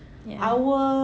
yeah